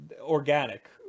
organic